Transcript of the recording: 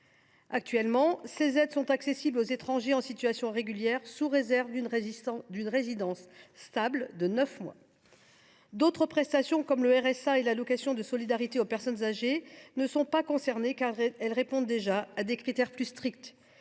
Actuellement, ces aides sont accessibles aux étrangers en situation régulière sous réserve d’une résidence stable de neuf mois. D’autres prestations, comme le RSA et l’allocation de solidarité aux personnes âgées, ne sont pas concernées, car elles répondent déjà à des critères plus stricts